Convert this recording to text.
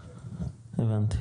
הבנתי.